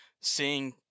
seeing